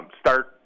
start